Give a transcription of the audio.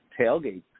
tailgate